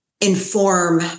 inform